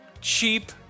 cheap